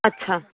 अच्छा